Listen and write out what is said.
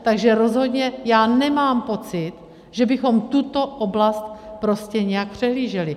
Takže rozhodně já nemám pocit, že bychom tuto oblast prostě nějak přehlíželi.